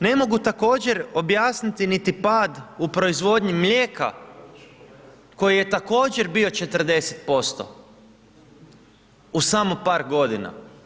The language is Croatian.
Ne mogu također objasniti niti pad u proizvodnji mlijeka koji je također bio 40% u samo par godina.